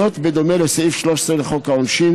זאת בדומה לסעיף 13 לחוק העונשין,